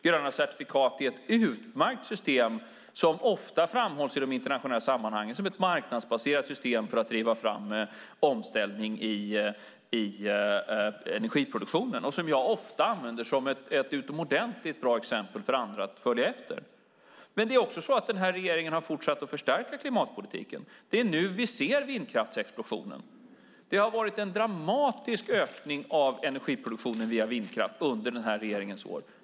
Gröna certifikat är ett utmärkt system som ofta framhålls i de internationella sammanhangen som ett marknadsbaserat system för att driva fram omställning i energiproduktionen. Jag använder ofta det som ett utomordentligt bra exempel för andra att följa. Men den här regeringen har också fortsatt att förstärka klimatpolitiken. Det är nu vi ser vindkraftsexplosionen. Det har varit en dramatisk ökning av energiproduktionen via vindkraft under den här regeringens år.